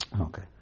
Okay